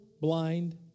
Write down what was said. blind